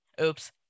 Oops